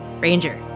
ranger